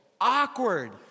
awkward